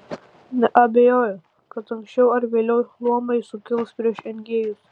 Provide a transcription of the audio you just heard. neabejoju kad anksčiau ar vėliau luomai sukils prieš engėjus